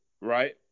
right